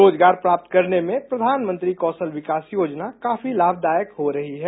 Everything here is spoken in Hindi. रोजगार प्राप्त करने में प्रधानमंत्री कौशल विकास योजना काफी लाभदायक हो रही है